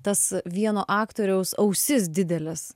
tas vieno aktoriaus ausis dideles